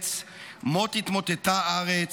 ארץ מוט התמוטטה ארץ.